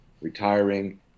retiring